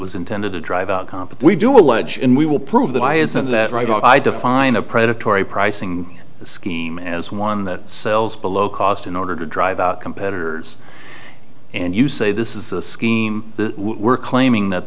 was intended to drive outcompeted we do allege and we will prove that i isn't that right i define a predatory pricing scheme as one that sells below cost in order to drive out competitors and you say this is a scheme we're claiming that